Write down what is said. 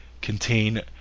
contain